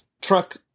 truck